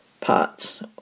parts